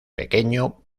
pequeño